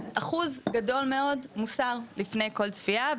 אז אחוז גדול מאוד מוסר לפני כל צפייה,